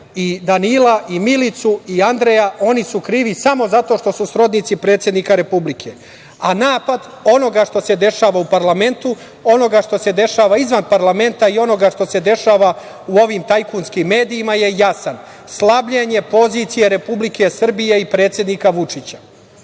i Danila i Milicu i Andreja, oni su krivi samo zato što su srodnici predsednika Republike. A napad onoga što se dešava u parlamentu, onoga što se dešava izvan parlamenta i onoga što se dešava u ovim tajkunskim medijima je jasan – slabljenje pozicije Republike Srbije i predsednika Vučića. Ja